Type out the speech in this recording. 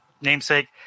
namesake